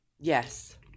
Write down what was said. Yes